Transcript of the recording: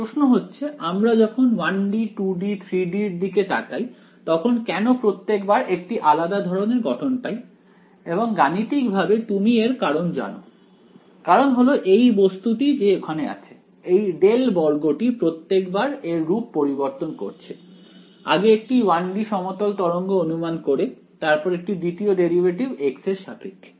প্রশ্ন হচ্ছে আমরা যখন 1 D 2 D 3 D এর দিকে তাকাই তখন কেন প্রত্যেকবার একটি আলাদা ধরনের গঠন পাই এবং গাণিতিকভাবে তুমি এর কারণ জানো কারণ হলো এই বস্তুটি যে ওখানে আছে এই ডেল বর্গটি প্রত্যেকবার এর রূপ পরিবর্তন করছে আগে একটি 1 D সমতল তরঙ্গ অনুমান করে তারপর একটি দ্বিতীয় ডেরিভেটিভ x এর সাপেক্ষে